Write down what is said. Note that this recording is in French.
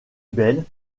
belle